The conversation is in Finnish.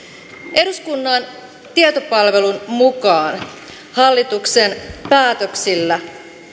eduskunnan tietopalvelun mukaan hallituksen päätöksillä